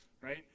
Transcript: right